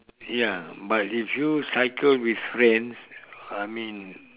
ya but if you cycle with friends I mean